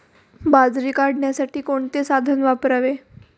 बाजरी काढण्यासाठी कोणते साधन वापरावे?